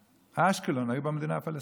אשקלון, היו במדינה הפלסטינית.